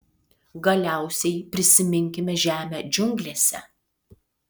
galiausiai prisiminkime žemę džiunglėse